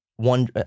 One